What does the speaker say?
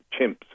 chimps